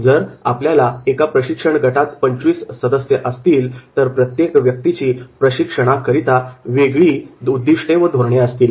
जर आपल्या एका प्रशिक्षण गटात 25 सदस्य असतील तर प्रत्येक व्यक्तीची प्रशिक्षणा करिता वेगळी उद्दिष्टे व धोरणे असतील